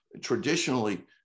traditionally